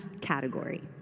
category